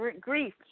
grief